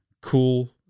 cool